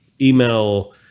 email